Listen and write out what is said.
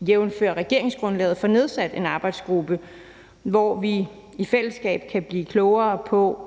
jævnfør regeringsgrundlaget får nedsat en arbejdsgruppe, hvor vi i fællesskab kan blive klogere på,